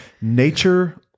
nature